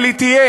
אבל היא תהיה.